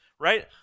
right